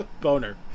Boner